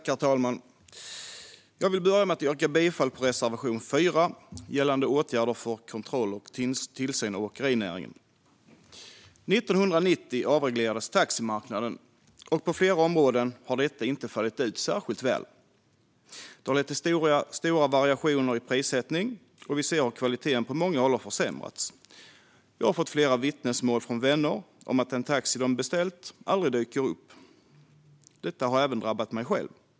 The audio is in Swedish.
Herr talman! Jag vill börja med att yrka bifall till reservation 4 gällande åtgärder för kontroll och tillsyn av åkerinäringen. År 1990 avreglerades taximarknaden, och på flera områden har detta inte fallit ut särskilt väl. Det har lett till stora variationer i prissättning, och vi ser hur kvaliteten på många håll har försämrats. Jag har fått flera vittnesmål från vänner om att den taxi de beställt aldrig dykt upp. Detta har även drabbat mig själv.